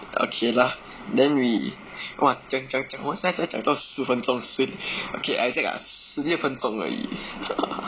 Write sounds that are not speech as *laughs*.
okay lah then we !wah! 讲讲讲讲完现在才讲完到十五分钟十 okay exact ah 十六分钟而已 *laughs*